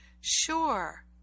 Sure